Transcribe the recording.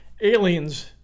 aliens